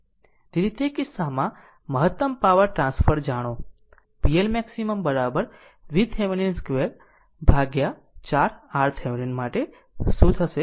તેથી તે કિસ્સામાં મહત્તમ પાવર ટ્રાન્સફર જાણો pLmax VThevenin 2 by 4 RThevenin માટે શું થશે